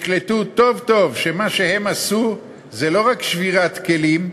יקלטו טוב טוב שמה שהם עשו זה לא רק שבירת כלים,